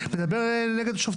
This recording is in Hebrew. משפטית.